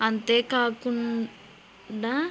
అంతేకాకుండా